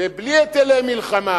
ובלי היטלי מלחמה.